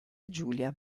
giulia